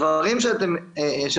הדברים שאת מתארת